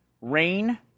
Rain